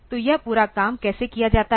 तो यह पूरा काम कैसे किया जाता है